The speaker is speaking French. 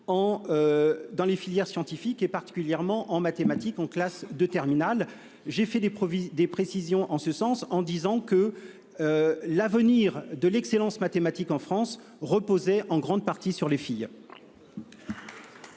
dans les filières scientifiques, particulièrement en mathématiques en classe de terminale. J'ai apporté des précisions en ce sens en disant que l'avenir de l'excellence mathématique en France reposait en grande partie sur les filles.